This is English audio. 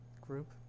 group